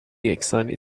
یکسانی